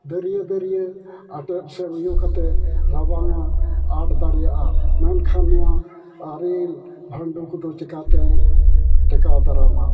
ᱫᱟᱹᱨᱭᱟᱹ ᱫᱟᱹᱨᱭᱟᱹ ᱟᱴᱮᱫ ᱥᱮ ᱚᱭᱳ ᱠᱟᱛᱮᱫ ᱨᱟᱵᱟᱝᱮ ᱟᱴ ᱫᱟᱲᱮᱭᱟᱜᱼᱟ ᱢᱮᱱᱠᱷᱟᱱ ᱱᱚᱣᱟ ᱟᱨᱮᱞ ᱵᱷᱟᱱᱰᱚ ᱠᱚᱫᱚ ᱪᱤᱠᱟᱹᱛᱮᱭ ᱴᱮᱠᱟᱣ ᱫᱟᱨᱟᱢᱟ